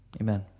Amen